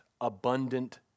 abundant